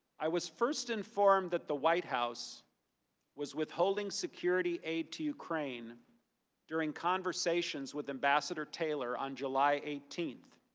i was first informed that the white house was withholding security aid to ukraine during conversations with ambassador taylor on july eighteenth.